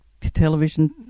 television